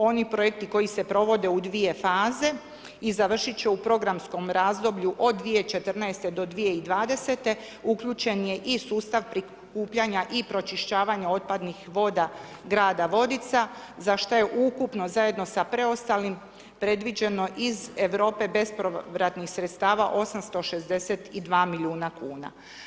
Oni projekti koji se provode u dvije faze i završiti će u programskom razdoblju od 2014. do 2020. uključen je i sustav prikupljanja i pročišćavanja otpadnih voda grada Vodica za što je ukupno zajedno sa preostalim predviđeno iz Europe bespovratnih sredstava 862 milijuna kuna.